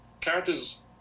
characters